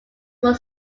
were